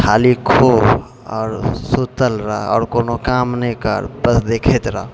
खाली खो आओर सुतल रह आओर कोनो काम नहि कर बस देखैत रह